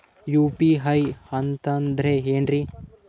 UPI ಅಂತಂದ್ರೆ ಏನ್ರೀ?